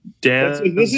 Dan